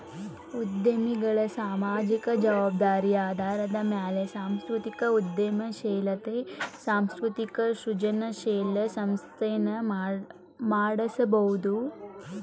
ಉದ್ಯಮಿಗಳ ಸಾಮಾಜಿಕ ಜವಾಬ್ದಾರಿ ಆಧಾರದ ಮ್ಯಾಲೆ ಸಾಂಸ್ಕೃತಿಕ ಉದ್ಯಮಶೇಲತೆ ಸಾಂಸ್ಕೃತಿಕ ಸೃಜನಶೇಲ ಸಂಸ್ಥೆನ ನಡಸಬೋದು